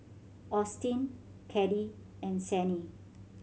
Austyn Caddie and Sannie